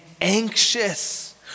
anxious